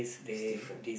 is different